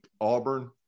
Auburn